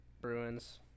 Bruins –